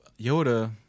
Yoda